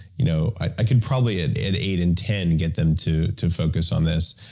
you know i can, probably, ah at eight and ten get them to to focus on this.